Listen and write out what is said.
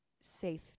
safe